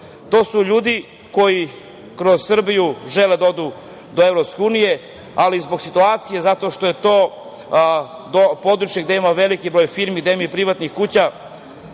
su ljudi koji kroz Srbiju žele da odu do EU, ali zbog situacije, zato što je područje gde je veliki broj firmi, gde ima i privatnih kuća,